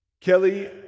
Kelly